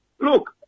look